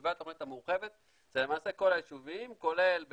יישובי התוכנית המורחבת זה למעשה כל היישובים כולל,